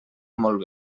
molt